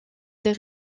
des